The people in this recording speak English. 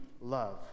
love